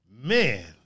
Man